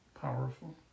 powerful